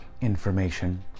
information